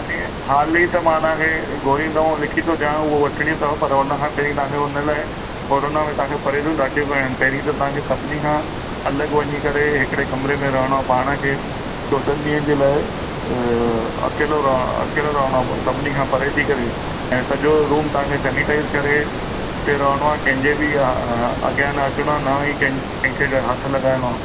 हाली त मां तव्हांखे गोरियूं दवाऊं लिखी थो ॾियांव उहो वठणियूं अथव पर हुनखां पहिरीं तव्हांखे हुन लाइ कोरोना में तव्हांखे परेजियूं ॾाढियूं करणु आहिनि पहिरीं त तव्हांखे सभिनि खां अलॻि वञी करे हिकिड़े कमरे में रहणो आहे पाण खे चोॾहनि ॾींहनि जे लाइ अकेलो रहणो अकेलो रहणो अथव सभिनि खां परे थी करे ऐं सॼो रूम तांखे सेनिटाइज़ करे हुते रहणो आहे कंहिंजे बि अॻियां न अचणो आहे ना ई कं कंहिंखे हथु लॻाइणो आहे